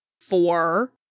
four